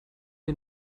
wir